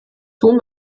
tun